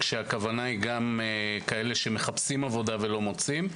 כשהכוונה היא גם כאלה שמחפשים עבודה ולא מוצאים.